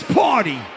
party